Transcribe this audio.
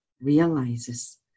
realizes